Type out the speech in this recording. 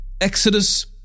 Exodus